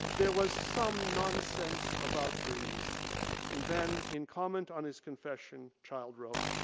there was some nonsense about dreams. and then in comment on his confession child wrote,